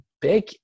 big